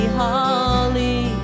holly